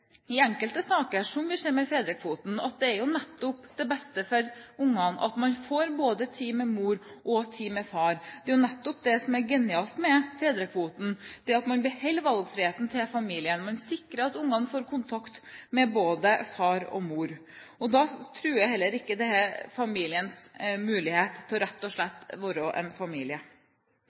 med fedrekvoten, at det jo nettopp er det beste for barnet at man får tid både med mor og med far. Det er jo nettopp det som er genialt med fedrekvoten, det at man beholder valgfriheten til familien, at man sikrer at barna får kontakt med både far og mor, og da truer heller ikke dette familiens mulighet til rett og slett å være en familie.